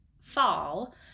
fall